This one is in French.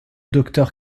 docteur